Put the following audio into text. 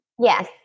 Yes